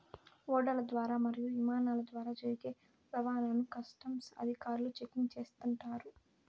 ఓడల ద్వారా మరియు ఇమానాల ద్వారా జరిగే రవాణాను కస్టమ్స్ అధికారులు చెకింగ్ చేస్తుంటారు